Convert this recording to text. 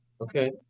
Okay